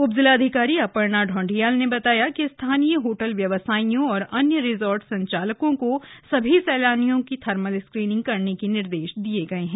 उपजिलाधिकारी अपर्णा ढौंडियाल ने कहा कि स्थानीय होटल व्यवसायियों और अन्य रिजॉर्ट संचालकों को सभी सैलानियों की थर्मल चेकिंग करने के निर्देश दिये गये हैं